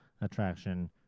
attraction